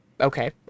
Okay